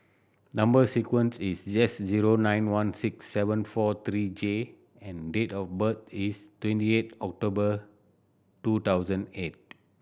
number sequence is S zero nine one six seven four three J and date of birth is twenty eight October two thousand eight